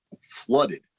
flooded